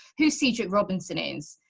who sedrick robinson is,